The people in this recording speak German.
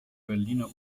berliner